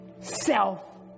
self